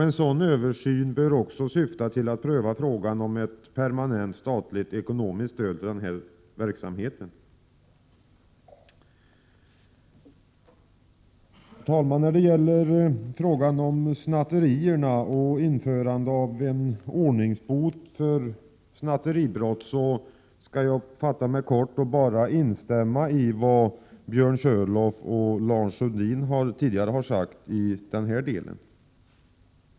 En sådan översyn bör också syfta till att pröva frågan om permanent statligt ekonomiskt stöd till denna verksamhet. Herr talman! När det gäller frågan om snatterierna och införande av en ordningsbot för snatteribrott skall jag fatta mig kort och bara instämma i vad Björn Körlof och Lars Sundin tidigare har sagt i denna del.